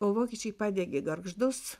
o vokiečiai padegė gargždus